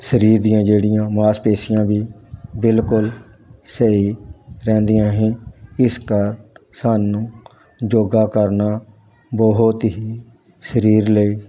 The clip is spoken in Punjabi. ਸਰੀਰ ਦੀਆਂ ਜਿਹੜੀਆਂ ਮਾਸਪੇਸ਼ੀਆਂ ਵੀ ਬਿਲਕੁਲ ਸਹੀ ਰਹਿੰਦੀਆਂ ਹੀ ਇਸ ਕਾਰਨ ਸਾਨੂੰ ਯੋਗਾ ਕਰਨਾ ਬਹੁਤ ਹੀ ਸਰੀਰ ਲਈ